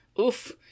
oof